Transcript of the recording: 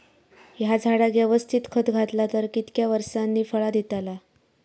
हया झाडाक यवस्तित खत घातला तर कितक्या वरसांनी फळा दीताला?